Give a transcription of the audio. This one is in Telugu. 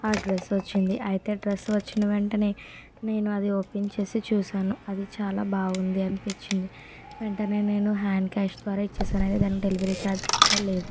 ఆ డ్రెస్ వచ్చింది అయితే డ్రెస్ వచ్చిన వెంటనే నేను అది ఓపెన్ చేసి చూశాను అది చాలా బాగుంది అనిపించింది వెంటనే నేను హ్యాండ్ క్యాష్ ద్వారా ఇచ్చేసాను అంతేగాక డెలివరీ చార్జెస్ కూడా లేవు